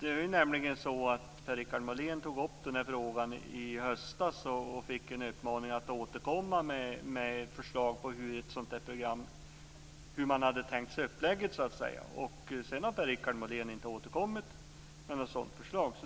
Det är nämligen så att Per-Richard Molén tog upp frågan i höstas och fick en uppmaning att återkomma med hur man hade tänkt sig upplägget för ett sådant program. Sedan har Per-Richard Molén inte återkommit med ett sådant förslag.